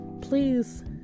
please